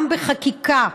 גם בחקיקה.